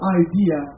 idea